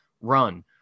run